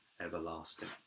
everlasting